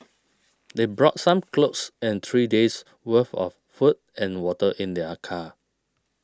they brought some clothes and three days' worth of food and water in their car